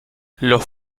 los